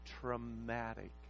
traumatic